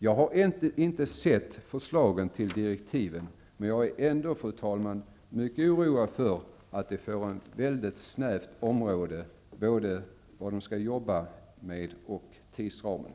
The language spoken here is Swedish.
Jag har ännu inte sett förslagen till direktiv, men jag är ändå, fru talman, mycket oroad för att de kommer att omfatta ett mycket snävt område, både vad avser det som man skall arbeta med och vad gäller tidsramen.